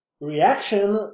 reaction